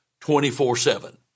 24-7